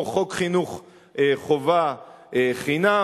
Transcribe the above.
כמו חוק חינוך חובה חינם,